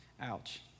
Ouch